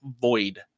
void